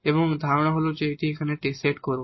এবং এখন ধারণা হল যে আমরা এটি এখানে সেট করব